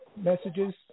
messages